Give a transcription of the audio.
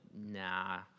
nah